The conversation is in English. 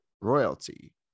royalty